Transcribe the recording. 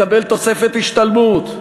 מקבל תוספת השתלמות.